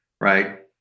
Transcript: right